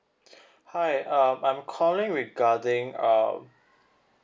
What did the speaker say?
hi um I'm calling regarding um